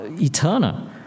eternal